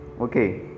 Okay